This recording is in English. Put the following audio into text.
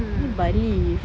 hmm